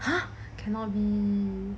!huh! cannot be